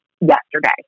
yesterday